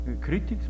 critics